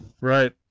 Right